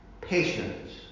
patience